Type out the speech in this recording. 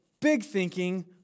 big-thinking